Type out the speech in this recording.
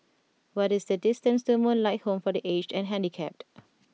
what is the distance to Moonlight Home for the Aged and Handicapped